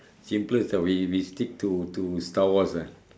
simplest ah we we stick to to to star wars ah